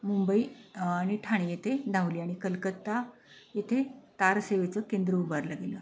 मुंबई आणि ठाणे येथे धावली आणि कलकत्ता येथे तारसेवेचं केंद्र उभारलं गेलं